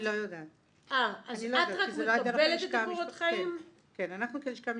אני לא יודעת כי זה לא היה דרך הלשכה המשפטית.